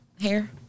Hair